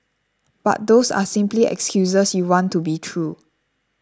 but those are simply excuses you want to be true